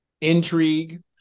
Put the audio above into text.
intrigue